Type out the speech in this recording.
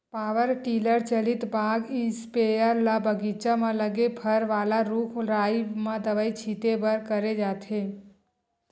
power tiller चलित बाग spare ल बगीचा म लगे फर वाला रूख राई म दवई छिते बर करे जाथे